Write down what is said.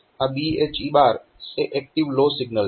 આ BHE એ active low signal છે